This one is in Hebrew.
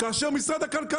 כאשר זה עבר דרך משרד הכלכלה.